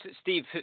Steve